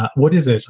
what is this?